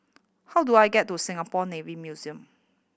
how do I get to Singapore Navy Museum